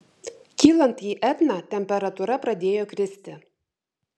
kylant į etną temperatūra pradėjo kristi